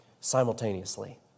simultaneously